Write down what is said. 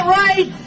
right